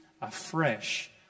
afresh